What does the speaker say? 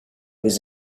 was